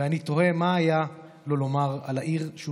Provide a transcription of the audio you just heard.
ואני תוהה מה היה לו לומר על העיר שהוא